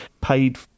paid